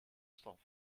stof